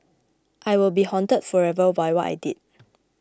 I will be haunted forever by what I did